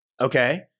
okay